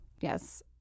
Yes